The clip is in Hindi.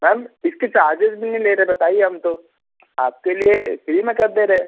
मैम इसके चार्जेस भी नहीं ले रहे बताइए हम तो आपके लिए फ़्री में कर दे रहे